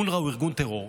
אונר"א הוא ארגון טרור.